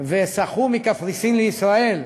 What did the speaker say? ושחו מקפריסין לישראל,